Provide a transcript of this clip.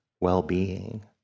well-being